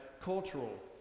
cultural